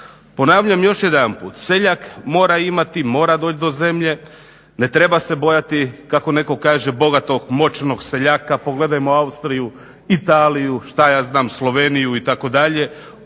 Ponavljam još jedanput, seljak mora imati, mora doć do zemlje, ne treba se bojati kako netko kaže bogatog, moćnog seljaka. Pogledajmo Austriju, Italiju, šta ja znam Sloveniju itd.